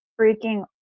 freaking